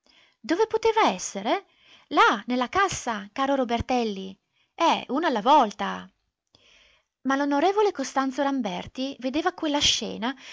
dove poteva essere là nella cassa caro robertelli eh uno alla volta ma l'on costanzo ramberti vedeva quella scena